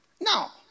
Now